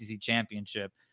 championship